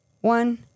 one